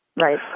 right